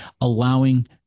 allowing